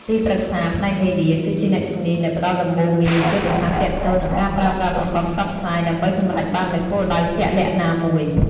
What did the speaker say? ទីប្រឹក្សាផ្នែកមេឌៀ គឺជាអ្នកជំនាញដែលផ្ដល់ដំបូន្មាន និងយុទ្ធសាស្ត្រទាក់ទងនឹងការប្រើប្រាស់ប្រព័ន្ធផ្សព្វផ្សាយ ដើម្បីសម្រេចបាននូវគោលដៅជាក់លាក់ណាមួយ។